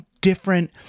different